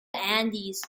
andes